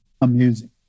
amusing